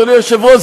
אדוני היושב-ראש,